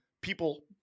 people